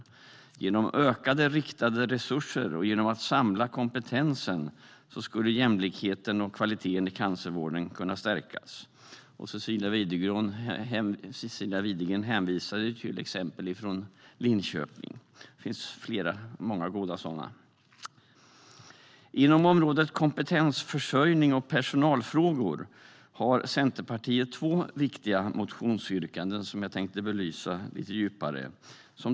Genom att öka de riktade resurserna och samla kompetensen skulle man kunna stärka jämlikheten och kvaliteten i cancervården. Cecilia Widegren hänvisar till goda exempel från Linköping. Det finns många sådana. Inom området kompetensförsörjning och personalfrågor har Centerpartiet två viktiga motionsyrkanden som jag tänkte belysa lite djupare.